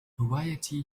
هوايتي